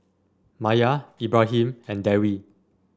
Maya Ibrahim and Dewi